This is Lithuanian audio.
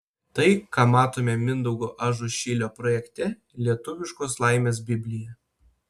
tai ką matome mindaugo ažušilio projekte lietuviškos laimės biblija